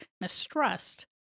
mistrust